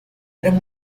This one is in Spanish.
eran